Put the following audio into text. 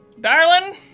darlin